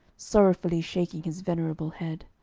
sorrowfully shaking his venerable head.